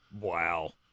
Wow